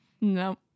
No